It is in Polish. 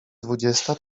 dwudziesta